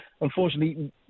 unfortunately